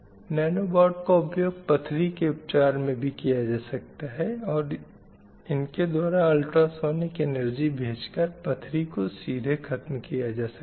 nano bot का उपयोग पथरी के उपचार में भी किया जा सकता है और इनके द्वारा अल्ट्रा सानिक एनर्जी भेज कर पथरी को सीधे ख़त्म किया जा सकता है